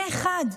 פה אחד,